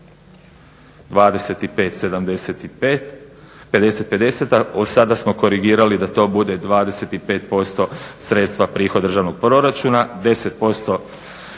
25, 75, 50:50, a od sada smo korigirali da to bude 25% sredstva prihod državnog proračuna, 10%